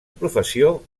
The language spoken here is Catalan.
professió